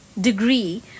degree